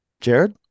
jared